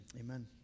Amen